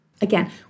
Again